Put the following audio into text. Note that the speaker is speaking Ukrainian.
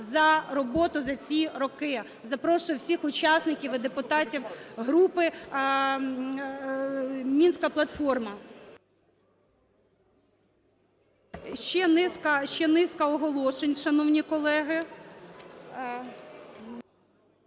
за роботу за ці роки. Запрошую усіх учасників і депутатів групи "Мінська платформа". Ще низка оголошень, шановні колеги.